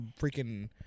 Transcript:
freaking